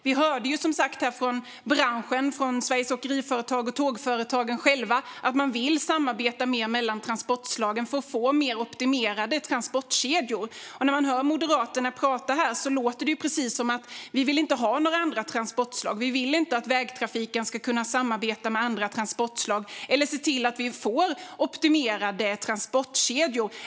Vi hörde som sagt från branschen, från Sveriges Åkeriföretag och Tågföretagen, att man vill samarbeta mer mellan transportslagen för att få mer optimerade transportkedjor. När man hör moderaterna prata här låter det som att man inte vill ha några andra transportslag, inte vill att vägtrafiken ska kunna samarbeta med andra transportslag och inte heller vill se till att vi får optimerade transportkedjor.